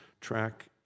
track